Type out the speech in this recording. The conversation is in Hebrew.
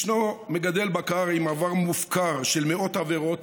ישנו מגדל בקר עם עבר מופקר של מאות עבירות